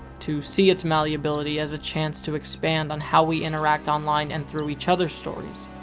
to see it's malleability as a chance to expand on how we interact online and through each other's stories?